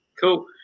cool